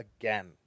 again